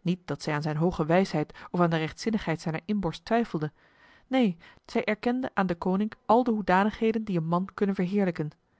niet dat zij aan zijn hoge wijsheid of aan de rechtzinnigheid zijner inborst twijfelde neen zij erkende aan deconinck al de hoedanigheden die een man kunnen verheerlijken